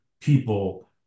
people